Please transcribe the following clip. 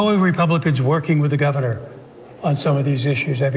are republicans working with the governor on some of these issues, i mean,